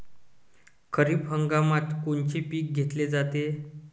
खरिप हंगामात कोनचे पिकं घेतले जाते?